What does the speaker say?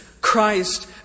Christ